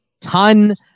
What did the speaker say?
ton